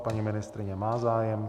Paní ministryně má zájem.